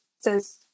says